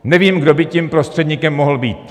Nevím, kdo by tím prostředníkem mohl být.